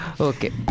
Okay